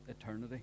eternity